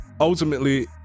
ultimately